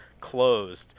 closed